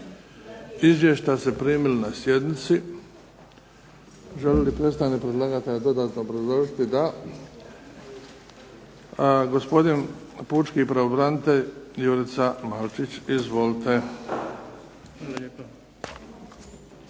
Izvješća ste primili na sjednici. Želi li predstavnik predlagatelja dodatno obrazložiti? Da. Gospodin pučki pravobranitelj Jurica Malčić. Izvolite.